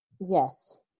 Yes